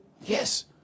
Yes